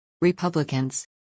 Republicans